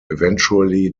eventually